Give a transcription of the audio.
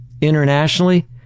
Internationally